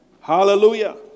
Hallelujah